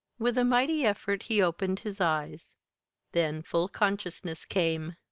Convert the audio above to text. with a mighty effort he opened his eyes then full consciousness came.